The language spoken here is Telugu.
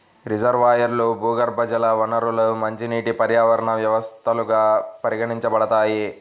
రిజర్వాయర్లు, భూగర్భజల వనరులు మంచినీటి పర్యావరణ వ్యవస్థలుగా పరిగణించబడతాయి